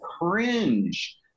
cringe